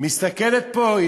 מסתכלת פה.